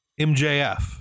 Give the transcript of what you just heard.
MJF